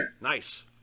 Nice